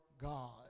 God